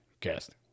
cast